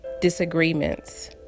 disagreements